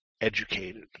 educated